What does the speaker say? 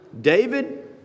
David